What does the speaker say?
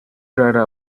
rara